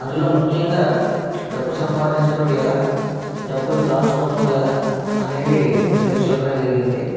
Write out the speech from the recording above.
అందులో ముఖ్యంగా డబ్బు సంపాదించడం ఎలా డబ్బులు దాచుకోవటం ఎలా అనేవి రెండు చెప్పడం జరిగింది